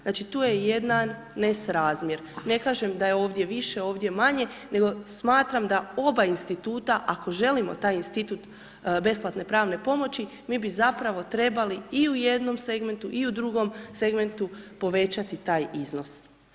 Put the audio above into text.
Znači, tu je jedan nesrazmjer, ne kažem da je ovdje više, ovdje manje, nego smatram da oba Instituta, ako želimo taj Institut besplatne pravne pomoći, mi bi zapravo trebali i u jednom segmentu i u drugom segmentu, povećati taj iznos.